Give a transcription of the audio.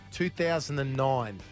2009